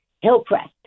Hillcrest